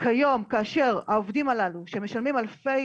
כיום כאשר העובדים הללו שמשלמים אלפי